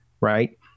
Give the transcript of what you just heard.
right